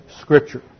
Scripture